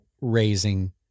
raising